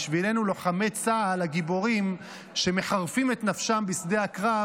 בשבילנו לוחמי צה"ל הגיבורים שמחרפים את נפשם בשדה הקרב,